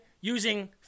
using